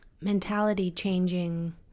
mentality-changing